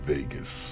Vegas